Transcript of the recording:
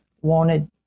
wanted